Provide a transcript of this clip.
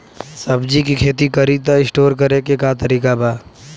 सब्जी के खेती करी त स्टोर करे के का तरीका बा?